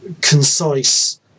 concise